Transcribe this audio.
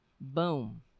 Boom